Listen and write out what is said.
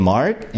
Mark